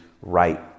right